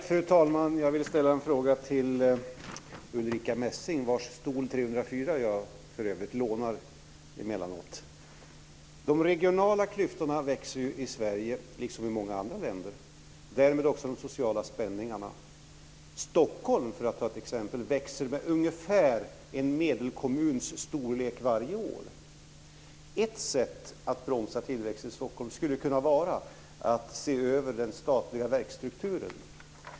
Fru talman! Jag vill ställa en fråga till Ulrica Messing, vars plats här i kammaren, 304, jag för övrigt lånar. De regionala klyftorna växer i Sverige liksom i många andra länder, därmed också de sociala spänningarna. Stockholm, för att ta ett exempel, växer med ungefär en medelkommuns storlek varje år. Ett sätt att bromsa tillväxten i Stockholm skulle kunna vara att se över den statliga verksstrukturen.